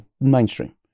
mainstream